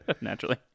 Naturally